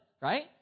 right